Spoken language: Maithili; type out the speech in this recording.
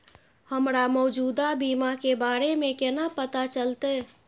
हमरा मौजूदा बीमा के बारे में केना पता चलते?